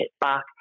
back